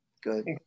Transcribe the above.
Good